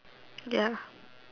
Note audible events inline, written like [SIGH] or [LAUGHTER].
[NOISE] ya